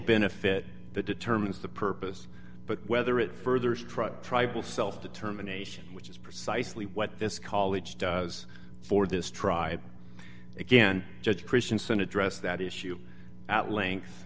benefit that determines the purpose but whether it furthers tribe tribal self determination which is precisely what this college does for this try again judge christiansen address that issue at l